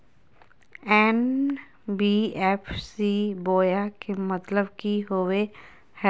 NBFC बोया के मतलब कि होवे हय?